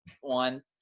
one